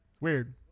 weird